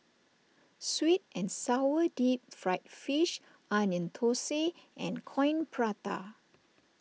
Sweet and Sour Deep Fried Fish Onion Thosai and Coin Prata